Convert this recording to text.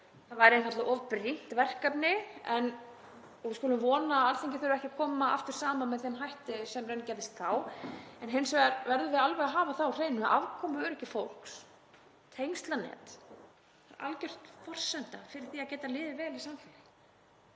Það væri einfaldlega of brýnt verkefni. Við skulum vona að Alþingi þurfi ekki að koma aftur saman með þeim hætti sem raungerðist þá en hins vegar verðum við alveg að hafa það á hreinu að afkomuöryggi fólks, tengslanet, er algjör forsenda fyrir því að geta liðið vel í samfélagi